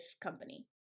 company